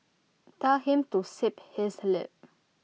tell him to zip his lip